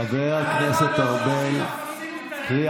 חבר הכנסת ארבל, הבנתי.